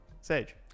Sage